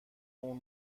اون